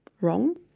wrong